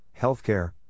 healthcare